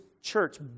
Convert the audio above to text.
church